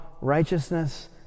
righteousness